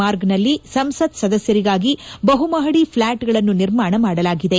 ಮಾರ್ಗ್ನಲ್ಲಿ ಸಂಸತ್ ಸದಸ್ತರಿಗಾಗಿ ಬಹು ಮಹಡಿ ಫ್ಲಾಟ್ಗಳನ್ನು ನಿರ್ಮಾಣ ಮಾಡಲಾಗಿದೆ